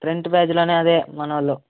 front పేజీలోను అదే మన వాళ్ళు